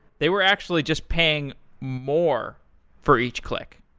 they were actually just paying more for each click.